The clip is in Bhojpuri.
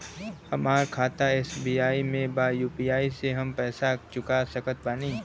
हमारा खाता एस.बी.आई में बा यू.पी.आई से हम पैसा चुका सकत बानी?